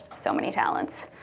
so many talents.